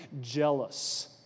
jealous